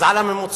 אז על הממוצע